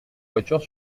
voitures